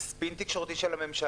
זה ספין תקשורתי של הממשלה.